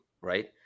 right